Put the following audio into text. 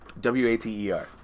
W-A-T-E-R